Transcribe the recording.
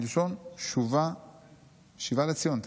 מלשון שיבה לציון".